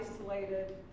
isolated